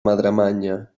madremanya